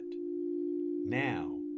now